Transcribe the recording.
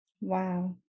Wow